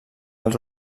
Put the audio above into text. els